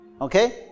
Okay